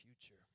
future